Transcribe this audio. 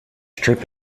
trip